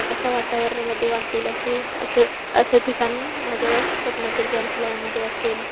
अशा वातावरणामध्ये वाचतील अशी असं असं ठिकाण माझ्या स्वप्नातील ग्रंथालयामध्ये असेल